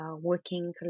working